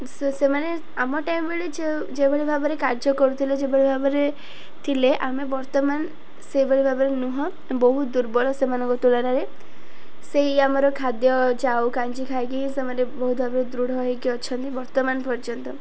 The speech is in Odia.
ସେମାନେ ଆମ ଟାଇମ୍ ବେଳେ ଯେ ଯେଭଳି ଭାବରେ କାର୍ଯ୍ୟ କରୁଥିଲେ ଯେଭଳି ଭାବରେ ଥିଲେ ଆମେ ବର୍ତ୍ତମାନ ସେଇଭଳି ଭାବରେ ନୁହଁ ବହୁତ ଦୁର୍ବଳ ସେମାନଙ୍କ ତୁଳନାରେ ସେଇ ଆମର ଖାଦ୍ୟ ଜାଉ କାଞ୍ଜି ଖାଇକି ସେମାନେ ବହୁତ ଭାବରେ ଦୃଢ଼ ହେଇକି ଅଛନ୍ତି ବର୍ତ୍ତମାନ ପର୍ଯ୍ୟନ୍ତ